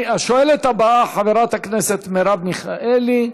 השואלת הבאה, חברת הכנסת מרב מיכאלי.